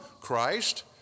Christ